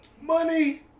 Money